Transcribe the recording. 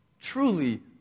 truly